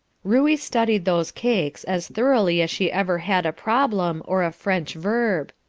ruey studied those cakes as thoroughly as she ever had a problem, or a french verb.